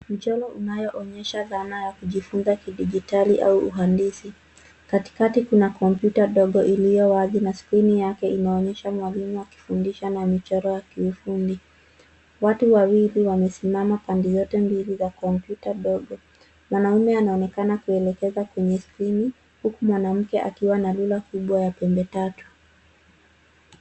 Mchoro unayoonyesha zana ya kujifunza kidijitali au uhandisi. Katikati kuna kompyuta dogo iliyo wazi na skrini yake inaonyesha mwalimu akifundisha na michoro ya kiufundi. Watu wawili wamesimama pande zote mbili za kompyuta dogo. Mwanaume anaonekana kuelekeza kwenye skrini huku mwanamke akiwa na rula kubwa ya pembe tatu.